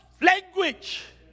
language